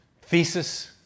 thesis